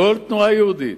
כל תנועה יהודית